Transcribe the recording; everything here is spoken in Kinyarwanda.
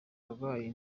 abarwayi